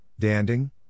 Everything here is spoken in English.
Danding